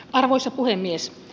arvoisa puhemies